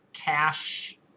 cash